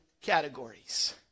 categories